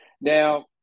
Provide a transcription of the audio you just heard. Now